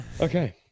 okay